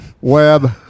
Web